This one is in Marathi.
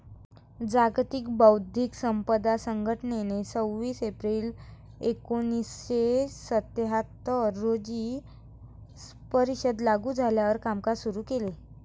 जागतिक बौद्धिक संपदा संघटनेने सव्वीस एप्रिल एकोणीसशे सत्याहत्तर रोजी परिषद लागू झाल्यावर कामकाज सुरू केले